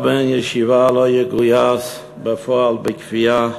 שום בן ישיבה לא יגויס בפועל בכפייה.